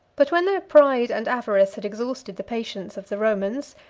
but when their pride and avarice had exhausted the patience of the romans,